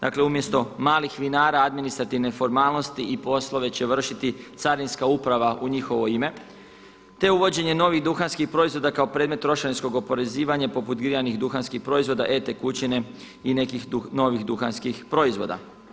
Dakle, umjesto malih vinara administrativne formalnosti i poslove će vršiti carinska uprava u njihovo ime, te uvođenje novih duhanskih proizvoda kao predmet trošarinskog oporezivanja poput grijanih duhanskih proizvoda, e-tekućine i nekih novih duhanskih proizvoda.